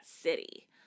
city